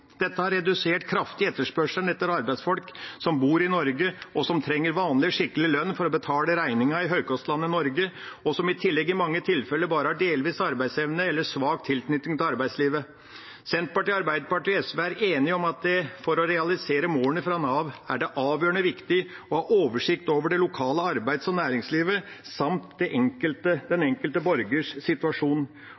Dette har kraftig redusert etterspørselen etter arbeidsfolk som bor i Norge, som trenger vanlig, skikkelig lønn for å betale regningene i høykostlandet Norge, og som i tillegg i mange tilfeller har bare delvis arbeidsevne eller svak tilknytning til arbeidslivet. Senterpartiet, Arbeiderpartiet og SV er enige om at for å realisere målene for Nav er det avgjørende viktig å ha oversikt over det lokale arbeids- og næringslivet samt den enkelte